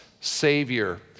Savior